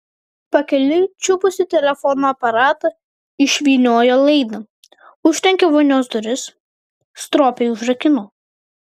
pakeliui čiupusi telefono aparatą išvyniojo laidą užtrenkė vonios duris stropiai užrakino